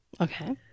Okay